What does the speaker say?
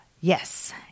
Yes